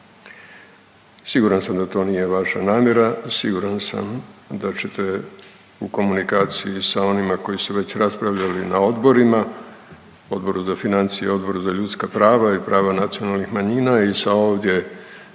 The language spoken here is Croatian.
Siguran sam da to nije vaša namjera, siguran sam da ćete u komunikaciji sa onima koji su već raspravljali na odborima, Odboru za financije i Odboru za ljudska prava i prava nacionalnih manjina i sa ovdje